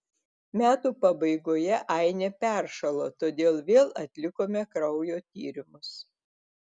metų pabaigoje ainė peršalo todėl vėl atlikome kraujo tyrimus